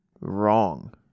wrong